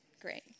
Great